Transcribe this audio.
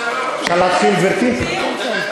כן, תודה.